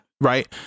right